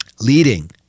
leading